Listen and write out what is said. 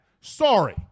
Sorry